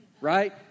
Right